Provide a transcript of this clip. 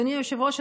אדוני היושב-ראש,